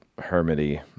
hermity